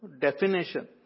definition